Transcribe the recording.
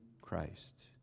Christ